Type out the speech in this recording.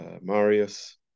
Marius